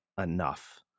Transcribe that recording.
enough